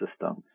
system